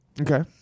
okay